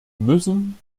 müssen